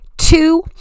Two